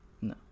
No